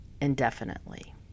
indefinitely